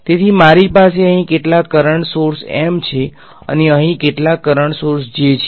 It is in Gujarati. તેથી મારી પાસે અહીં કેટલાક કરંટ સોર્સ છે M અને અહીં કેટલાક કરંટ સોર્સ J છે